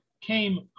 came